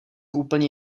úplně